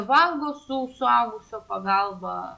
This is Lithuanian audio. valgo su suaugusio pagalba